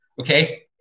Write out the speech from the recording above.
Okay